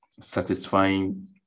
satisfying